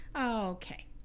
Okay